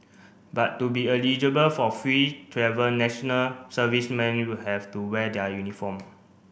but to be eligible for free travel national servicemen you will have to wear their uniform